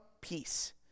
peace